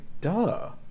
Duh